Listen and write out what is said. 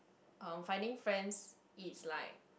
uh finding friends is like